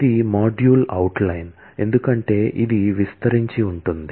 ఇది module outline ఎందుకంటే ఇది విస్తరించి ఉంటుంది